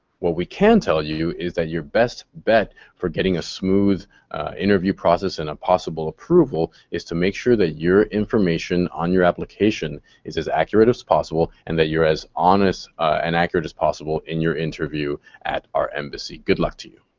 what we can tell you is that your best bet for getting a smooth interview process and a possible approval is to make sure that your information on your application is as accurate as possible and that you're as honest and accurate as possible in your interview at our embassy. good luck to you.